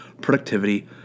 Productivity